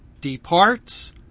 departs